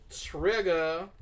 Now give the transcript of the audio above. Trigger